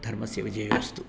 धर्मस्य विजयोस्तु